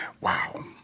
Wow